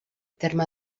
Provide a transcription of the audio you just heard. terme